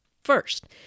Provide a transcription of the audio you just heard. First